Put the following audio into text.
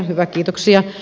hyvä kiitoksia